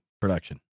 production